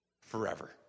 forever